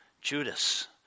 Judas